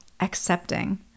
accepting